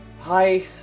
hi